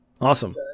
Awesome